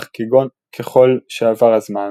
אך ככל שעבר הזמן